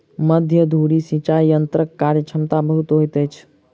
मध्य धुरी सिचाई यंत्रक कार्यक्षमता बहुत होइत अछि